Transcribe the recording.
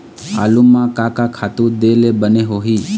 आलू म का का खातू दे ले बने होही?